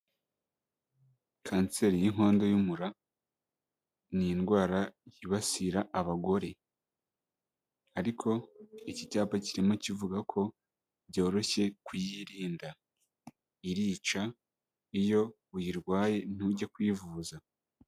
Kanseri y'inkondo y'umura ni indwara yibasira abagore, ariko iki cyapa kirimo kivuga ko byoroshye kuyirinda, irica iyo uyirwaye ntujye kwivuza.